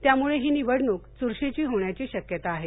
त्यामुळे ही निवडणूक चुरशीची होण्याची शक्यता आहे